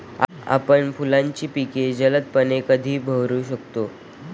आपण फुलांची पिके जलदपणे कधी बहरू शकतो?